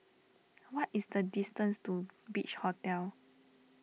what is the distance to Beach Hotel